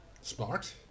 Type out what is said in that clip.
Smart